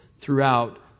throughout